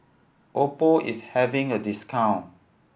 oppo is having a discount